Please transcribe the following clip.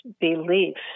beliefs